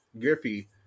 Griffey